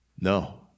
No